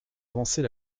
avancer